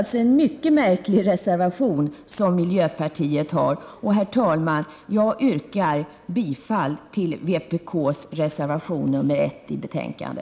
Det är en mycket märklig reservation som miljöpartiet har avgivit. Herr talman! Jag yrkar bifall till vpk:s reservation, nr 1, vid utskottets betänkande.